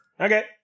Okay